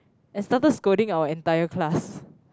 and started scolding our entire class